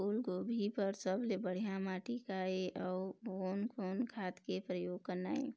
फूलगोभी बर सबले बढ़िया माटी का ये? अउ कोन कोन खाद के प्रयोग करना ये?